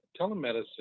telemedicine